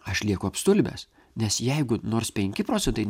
aš lieku apstulbęs nes jeigu nors penki procentai